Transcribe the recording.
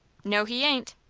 no, he ain't.